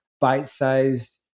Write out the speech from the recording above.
bite-sized